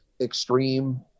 extreme